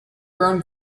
grown